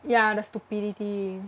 ya the stupidity